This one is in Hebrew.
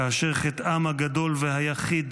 כאשר חטאם הגדול והיחיד